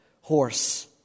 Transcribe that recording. horse